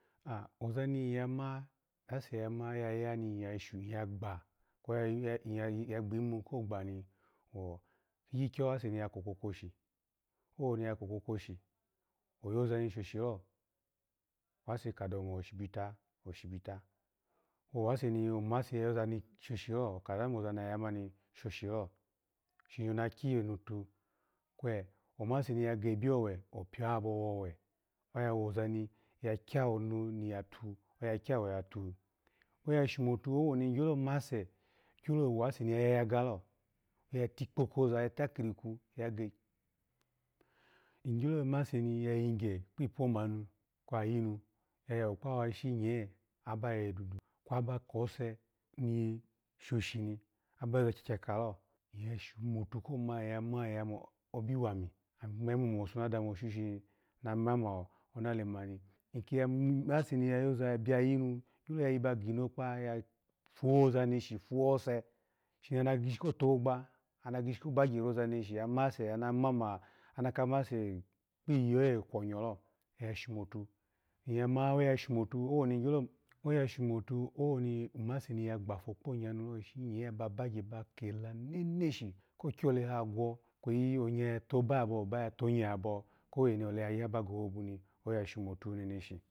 Oza ni ya ma kwase ya ma niya gba, ni ya gbimu ko gba ni wo kikyikyo ase ni yako kwokwoshi ni, owoni oya kokwokwoshi oyaza ni shishilo, ase kadawo mo shibita oshibita, kwo aseni mase ya yoza ni shoshilo kadanu moza ni oya ya mani shoshilo shini na kyiyunu tun, kwe omuse ni ya gabi owe pigabo wowe oya woza ni, ya kyanu oni yatun, oya kyawo yatun, oya shomotu owoni igyo mase, gyolo wase ni ya yayugalo ya tikpo koza ya takirikwu ya ge igyo mase ni ya yigye kpipuma nu kwayinu ya yawo kpawu ishinye kwaba ko se ni shoshini aba yakyakyakalo, ya shomotu ko mu, ya ma, yama, yamo obiwami, iya yimu mo owuso na dami oshun, namamu onalemani, oki ya mase ni ya biyayinu gyo ya yi ba ginokpa, ya fuwoza neshi ya fuwose shini ana gishi ko togbogba, ana yishi ko bagye roza neshi amase, ana mo, anakase kpiyioye kpoyolo, ya sho mutu ya ma oya shomotu owoni musen ya gbafu kponyanu lo ishinye aba bagye ba kela nerieshi ko kyoheha gwo kweyi onya ya toban abo, oban ya tonya abo kowe ni ayiha ba go ho boni ayo shomotu neneshi.